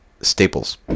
Staples